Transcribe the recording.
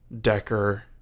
Decker